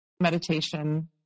meditation